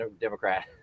Democrat